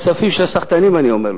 מהכספים של הסחטנים, אני אומר לו.